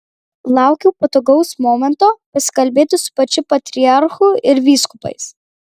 laukiau patogaus momento pasikalbėti su pačiu patriarchu ir vyskupais